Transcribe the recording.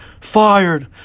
fired